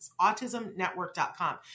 autismnetwork.com